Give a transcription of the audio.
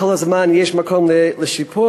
כל הזמן יש מקום לשיפור,